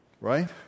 right